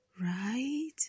right